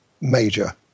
major